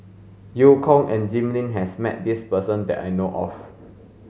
Eu Kong and Jim Lim has met this person that I know of